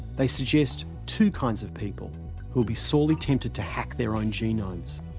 they suggest two kinds of people who'll be sorely tempted to hack their own genomes.